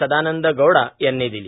सदानंद गौंडा यांनी दिली